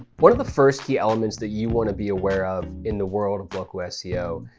one of the first key elements that you want to be aware of in the world of local ah seo,